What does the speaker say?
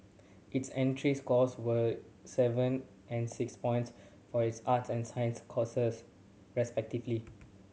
its entry scores were seven and six points for its arts and science courses respectively